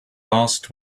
asked